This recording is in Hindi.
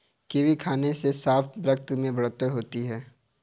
कीवी खाने से साफ रक्त में बढ़ोतरी होती है